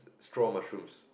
straw mushrooms